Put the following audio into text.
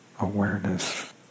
awareness